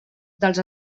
dels